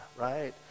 right